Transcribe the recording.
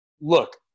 look –